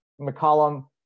McCollum